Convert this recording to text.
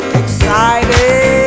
excited